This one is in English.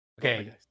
Okay